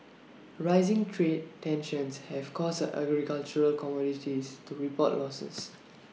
rising trade tensions have caused agricultural commodities to report losses